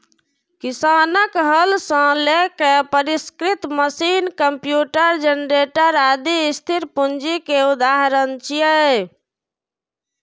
किसानक हल सं लए के परिष्कृत मशीन, कंप्यूटर, जेनरेटर, आदि स्थिर पूंजी के उदाहरण छियै